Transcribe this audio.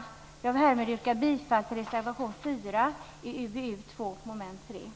Jag vill härmed yrka bifall till reservation 4, under mom. 3, i UbU2.